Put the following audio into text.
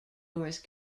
north